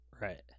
Right